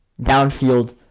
Downfield